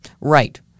Right